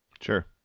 Sure